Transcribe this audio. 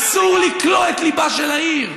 אסור לכלוא את ליבה של העיר,